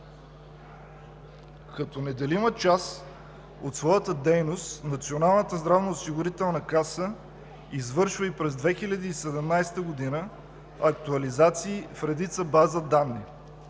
Като неделима част от своята дейност Националната здравноосигурителна каса извършва и през 2017 г. актуализации в редица база данни.